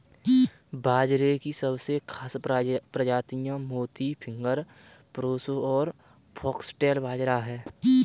बाजरे की सबसे खास प्रजातियाँ मोती, फिंगर, प्रोसो और फोक्सटेल बाजरा है